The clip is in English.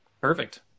Perfect